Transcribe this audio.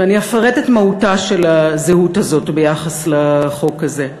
ואני אפרט את מהותה של הזהות הזאת ביחס לחוק הזה.